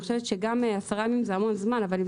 אני חושבת שגם 10 ימים זה המון זמן אבל אם